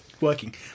working